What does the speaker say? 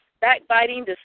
backbiting